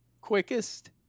quickest